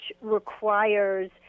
requires